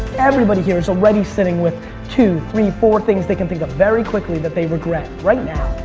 everybody here has already sitting with two, three, four things they can think of very quickly that they regret right now.